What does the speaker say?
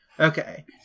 Okay